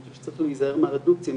אני חושב שצריך להיזהר מרדוקציה,